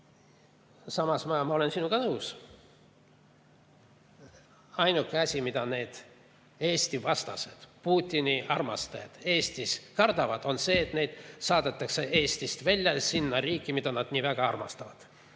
Samas, ma olen sinuga nõus. Ainuke asi, mida need Eesti‑vastased Putini armastajad Eestis kardavad, on see, et neid saadetakse Eestist välja sinna riiki, mida nad nii väga armastavad.